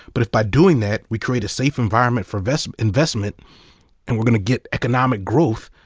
but if by doing that we create a safe environment for investment investment and we're gonna get economic growth,